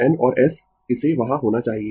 N और S इसे वहाँ होना चाहिए